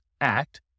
act